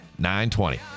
920